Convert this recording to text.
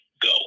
go